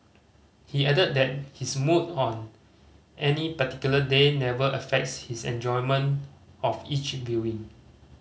he added that his mood on any particular day never affects his enjoyment of each viewing